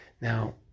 Now